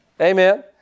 Amen